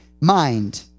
mind